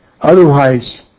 Otherwise